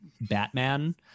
Batman